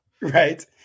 Right